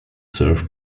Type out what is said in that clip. served